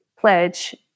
pledge